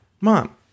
Mom